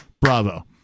bravo